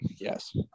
Yes